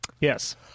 Yes